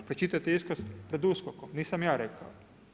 Pročitajte iskaz pred USKOK-om, nisam ja rekao.